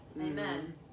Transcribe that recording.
Amen